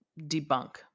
debunk